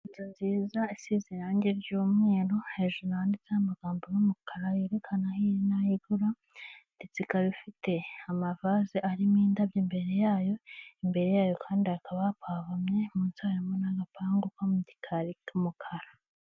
Inzu nziza isize irange ry'umweru hejuru handitseho amagambo y'umukara yerekana aho iri n'ayo igura ndetse ikaba ifite amavaze arimo indabyo imbere yayo, imbere yayo kandi hakaba hapavomye, munsi harimo n'agapangu ko mu gikari k'umukara.